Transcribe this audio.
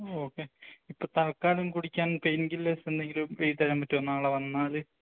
okay ഇപ്പോള് തൽക്കാലം കുടിക്കാൻ പെയിൻകില്ലേഴ്സെന്തെങ്കിലും എഴുതിത്തരാന് പറ്റുമോ നാളെ വന്നാല്